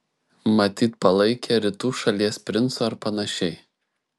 matyt palaikė rytų šalies princu ar panašiai